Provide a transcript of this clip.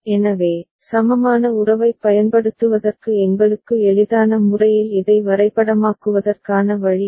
எனவே சமமான உறவைப் பயன்படுத்துவதற்கு எங்களுக்கு எளிதான முறையில் இதை வரைபடமாக்குவதற்கான வழி இது